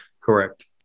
correct